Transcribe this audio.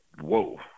Whoa